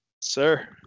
sir